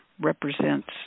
represents